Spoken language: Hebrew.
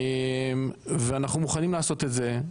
רמב"ם, ואנחנו מוכנים לעשות את זה.